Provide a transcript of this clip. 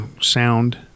sound